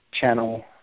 channel